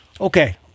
Okay